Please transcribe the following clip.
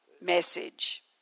message